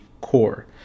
core